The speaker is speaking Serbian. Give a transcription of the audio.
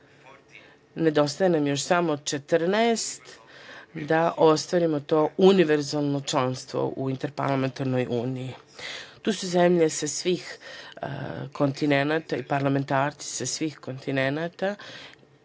Nedostaje nam još samo 14 da ostvarimo to univerzalno članstvo u Interparlamentarnoj uniji. Tu su zemlje sa svih kontinenata i parlamentarci sa svih kontinenata